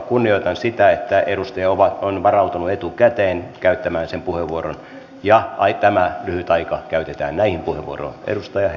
kunnioitan sitä että edustaja on varautunut etukäteen käyttämään sen puheenvuoron ja tämä lyhyt aika käytetään näihin puheenvuoroihin